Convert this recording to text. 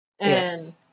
Yes